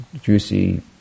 juicy